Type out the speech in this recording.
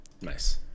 nice